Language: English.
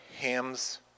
Ham's